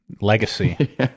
Legacy